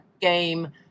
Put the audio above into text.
game